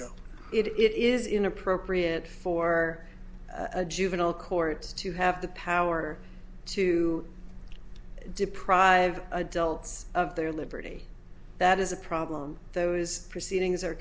go it is inappropriate for a juvenile court to have the power to deprive adults of their liberty that is a problem though is proceedings